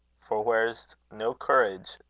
for where's no courage,